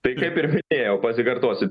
tai kaip ir minėjau pasikartosiu